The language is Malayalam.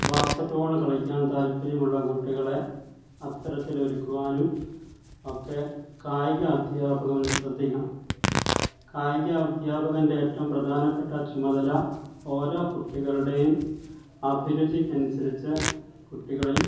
ബാസ്ക്കറ്റ്ബോള് കളിക്കാൻ താൽപര്യമുള്ള കുട്ടികളെ അത്തരത്തിലൊരുക്കുവാനും ഒക്കെ കായികധ്യാപകർ ശ്രദ്ധിക്കണം കായിക അധ്യാപകൻ്റെ ഏറ്റവും പ്രധാനപ്പെട്ട ചുമതല ഓരോ കുട്ടികളുടേയും അഭിരുചിക്കനുസരിച്ച് കുട്ടികളെയും